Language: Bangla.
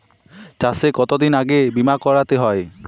চাষে কতদিন আগে বিমা করাতে হয়?